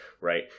right